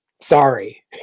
Sorry